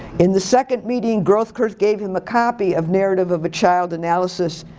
in the second meeting groth kurth gave him a copy of narrative of a child analysis.